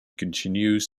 continues